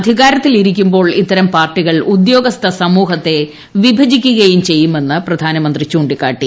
അധികാരത്തിലിരിക്കുമ്പോൾ ഇത്തരം പാർട്ടികൾ ഉദ്യോഗസ്ഥ സമൂഹത്തെ വിഭജിക്കുകയും ചെയ്യുമെന്ന് പ്രധാനമന്ത്രി ചൂണ്ടിക്കാട്ടി